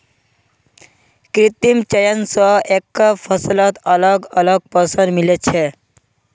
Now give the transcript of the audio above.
कृत्रिम चयन स एकके फसलत अलग अलग पोषण मिल छे